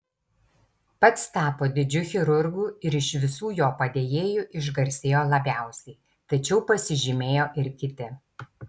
pats tapo didžiu chirurgu ir iš visų jo padėjėjų išgarsėjo labiausiai tačiau pasižymėjo ir kiti